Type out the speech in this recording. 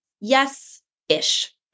yes-ish